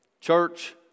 church